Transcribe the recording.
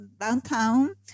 downtown